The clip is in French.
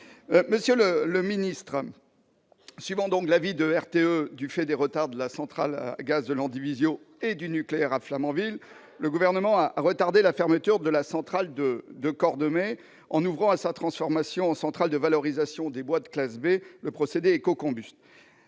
Monsieur le ministre d'État, suivant l'avis de RTE du fait des retards de la centrale à gaz de Landivisiau et du nucléaire à Flamanville, le Gouvernement a retardé la fermeture de la centrale de Cordemais, en ouvrant la voie à sa transformation en centrale de valorisation des bois de classe B dans le cadre du procédé Ecocombust.